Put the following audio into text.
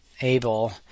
able